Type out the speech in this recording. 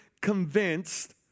convinced